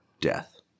death